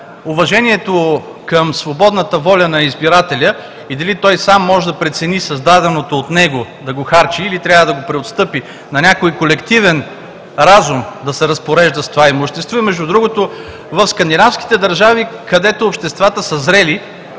уважението към свободната воля на избирателя и дали той сам може да прецени създаденото от него да го харчи, или трябва да го преотстъпи на някой колективен разум да се разпорежда с това имущество. И, между другото, в Скандинавските държави, където обществата са зрели,